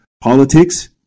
politics